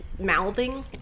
mouthing